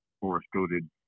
forest-coated